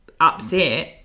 upset